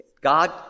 God